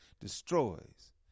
destroys